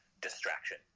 distraction